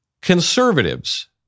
Conservatives